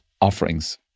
offerings